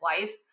life